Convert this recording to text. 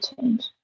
change